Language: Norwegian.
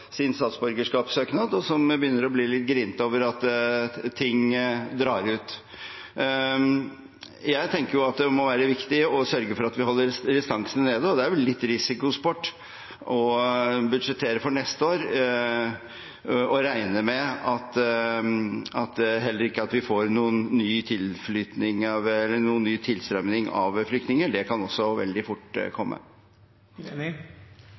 sin statsborgerskapssøknad, og som begynner å bli litt grinete over at ting drar ut. Jeg tenker at det må være viktig å sørge for at vi holder restansene nede. Det er vel også litt risikosport å budsjettere for neste år og regne med at vi ikke får noen ny tilstrømning av flyktninger. Det kan veldig fort komme. Det er klart at ingen av oss kan